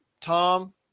Tom